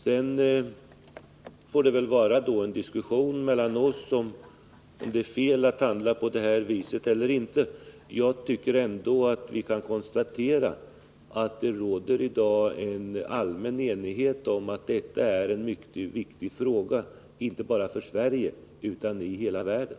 Sedan kan vi naturligtvis diskutera om det är fel av oss att handla på detta sätt eller inte. Vi kan emellertid konstatera att det i dag råder allmän enighet om att detta är en mycket viktig fråga inte bara för Sverige utan i hela världen.